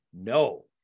no